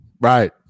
Right